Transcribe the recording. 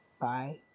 bye